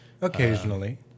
occasionally